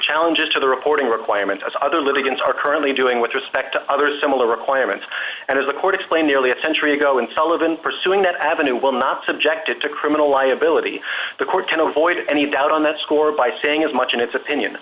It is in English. challenges to the reporting requirements as other litigants are currently doing with respect to other similar requirements and as according to play nearly a century ago in sullivan pursuing that avenue will not subjected to criminal liability the court can avoid any doubt on that score by saying as much in its opinion